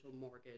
mortgage